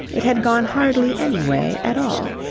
it had gone hardly any way at all.